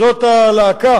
זאת הלהקה